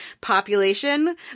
population